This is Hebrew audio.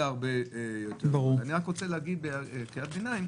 הרבה יותר --- אני רק רוצה להגיד בקריאת ביניים,